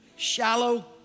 Shallow